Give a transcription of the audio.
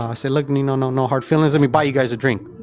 i said, look, nino, no no hard feelings. let me buy you guys a drink.